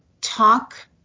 talk